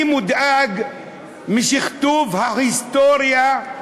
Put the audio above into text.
אני מודאג משכתוב ההיסטוריה,